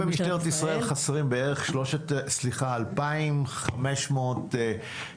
אם במשטרת ישראל חסרים בערך 2,500 תקנים,